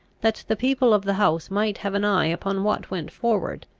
that the people of the house might have an eye upon what went forward,